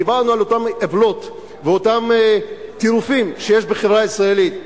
דיברנו על אותם עוולות ואותו טירוף שיש בחברה הישראלית,